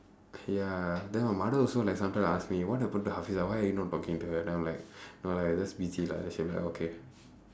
ya then her mother also like sometime ask me what happened to hafeezah why are you not talking to her then I'm like no lah I just busy lah then she'll be like okay